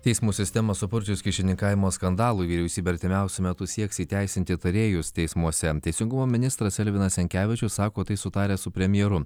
teismų sistemą supurčius kyšininkavimo skandalui vyriausybė artimiausiu metu sieks įteisinti tarėjus teismuose teisingumo ministras elvinas jankevičius sako tai sutaręs su premjeru